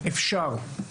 אפשר.